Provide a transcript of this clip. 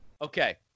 Okay